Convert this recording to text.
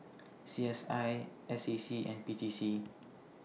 C S I S A C and P T C